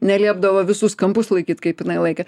neliepdavo visus kampus laikyt kaip jinai laikė